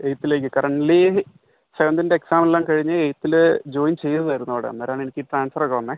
എയിറ്റ്ത്തിലേക്ക് currently സെവൻത്തിൻ്റെ exam എല്ലാം കഴിഞ്ഞ് എയിറ്റ്ത്തിൽ ജോയിൻ ചെയ്തത് ആയിരുന്നു അവിടെ അന്നേരം ആണ് എനിക്ക് ഈ ട്രാൻസ്ഫർ ഒക്കെ വന്നത്